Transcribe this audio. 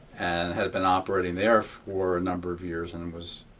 and had been operating there for a number of years. and it was